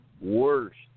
worst